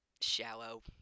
shallow